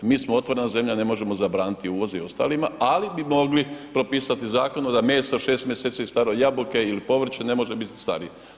Mi smo otvorena zemlja ne možemo zabraniti uvoz i ostalima ali bi mogli propisati zakonom da meso 6 mjeseci staro, jabuke ili povrće ne može biti starije.